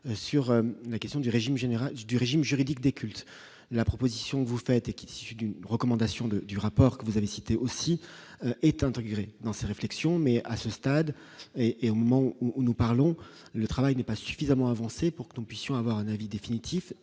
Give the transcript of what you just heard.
régime général du régime juridique des cultes, la proposition vous faites et qui est issu d'une recommandation de du rapport que vous avez cité aussi est intégré dans sa réflexion, mais à ce stade et au moment où nous parlons, le travail n'est pas suffisamment avancé pour que nous puissions avoir un avis définitif,